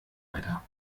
weiter